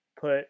put